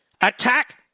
attack